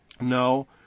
No